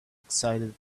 excited